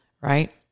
right